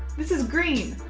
this is green.